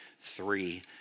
three